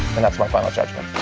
and that's my final judgment.